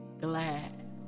glad